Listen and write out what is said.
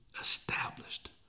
established